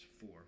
four